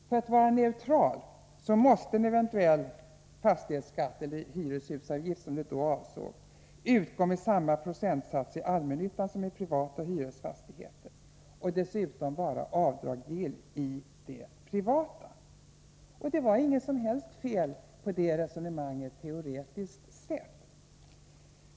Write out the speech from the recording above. För att vara neutral måste en eventuell fastighetsskatt, eller hyreshusavgift som då avsågs, utgå med samma procentsats i allmännyttan som i privata hyresfastigheter och dessutom vara avdragsgill när det gäller de privata fastigheterna. Det var inget som helst fel i det resonemanget teoretiskt sätt.